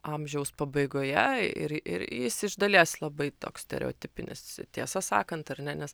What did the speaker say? amžiaus pabaigoje ir ir jis iš dalies labai toks stereotipinis tiesą sakant ar ne nes